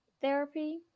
therapy